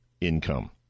income